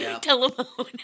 telephone